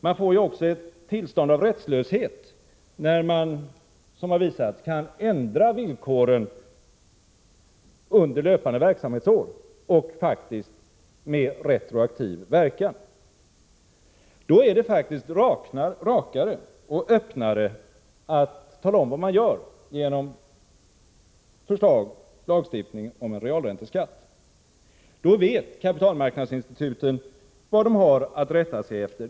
Man får ju ett tillstånd av rättslöshet när man kan, som det har visat sig, ändra villkoren under löpande verksamhetsår och faktiskt med retroaktiv verkan. Då är det faktiskt rakare och öppnare att tala om vad man gör genom ett förslag till lagstiftning om realränteskatt. Då vet kapitalmarknadsinstituten vad de har att rätta sig efter.